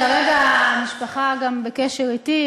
כרגע המשפחה גם בקשר אתי,